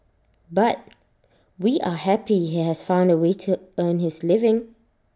but we are happy he has found A way to earn his living